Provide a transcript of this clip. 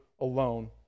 alone